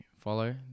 follow